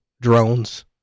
drones